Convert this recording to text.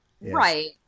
Right